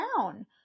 down